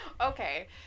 Okay